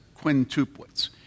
quintuplets